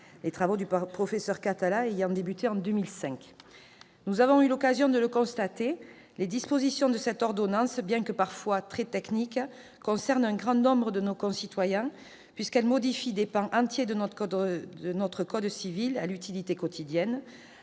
les travaux du professeur Catala ayant débuté en 2005. Comme nous avons eu l'occasion de le constater, les dispositions de cette ordonnance, bien que parfois très techniques, concernent un grand nombre de nos concitoyens, puisqu'elles modifient des pans entiers de notre code civil qui encadre les